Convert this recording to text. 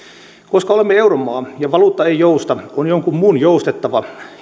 koska olemme euromaa ja valuutta ei jousta on jonkun muun joustettava